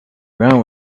ground